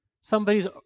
Somebody's